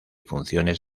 funciones